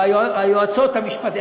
או היועצות המשפטיות,